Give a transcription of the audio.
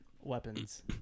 weapons